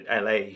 LA